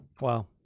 Wow